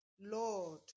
Lord